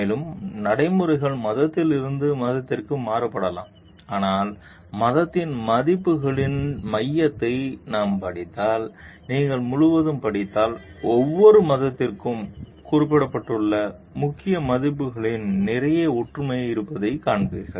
மேலும் நடைமுறைகள் மதத்திலிருந்து மதத்திற்கு மாறுபடலாம் ஆனால் மதத்தின் மதிப்புகளின் மையத்தை நாம் படித்தால் நீங்கள் முழுவதும் படித்தால் ஒவ்வொரு மதத்திற்கும் குறிப்பிடப்பட்டுள்ள முக்கிய மதிப்புகளில் நிறைய ஒற்றுமை இருப்பதை நீங்கள் காண்பீர்கள்